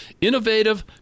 innovative